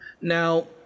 Now